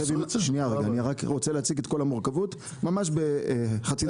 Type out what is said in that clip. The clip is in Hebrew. שנייה רגע אני רק רוצה להציג את כל המורכבות ממש בחצי דקה.